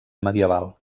medieval